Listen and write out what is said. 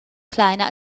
kleiner